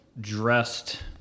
dressed